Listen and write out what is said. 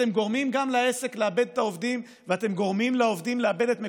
אתם גורמים לעסק לאבד את העובדים,